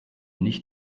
nicht